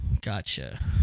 Gotcha